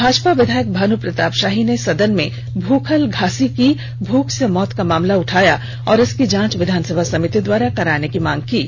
भाजपा विधायक भानू प्रताप शाही ने सदन में भूखल घासी की भूख से मौत का मामला उठाया और इसकी जांच विधानसभा समिति द्वारा कराने की मांग रखी